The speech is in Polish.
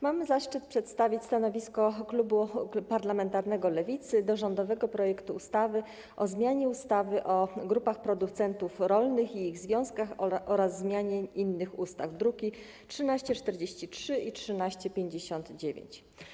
Mam zaszczyt przedstawić stanowisko klubu parlamentarnego Lewicy wobec rządowego projektu ustawy o zmianie ustawy o grupach producentów rolnych i ich związkach oraz zmianie innych ustaw, druki nr 1343 i 1359.